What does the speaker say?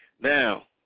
Now